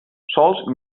sols